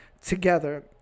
together